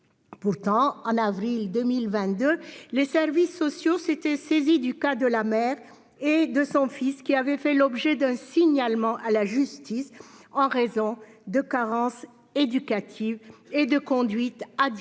Pourtant, en avril 2022, les services sociaux s'étaient saisis du cas de la mère et de son fils, qui avaient fait l'objet d'un signalement à la justice en raison de « carences éducatives et de conduites addictives